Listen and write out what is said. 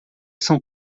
são